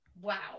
Wow